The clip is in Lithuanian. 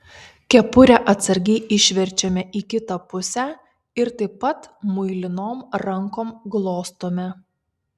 kepurę atsargiai išverčiame į kitą pusę ir taip pat muilinom rankom glostome